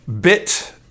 bit